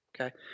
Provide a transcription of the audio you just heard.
okay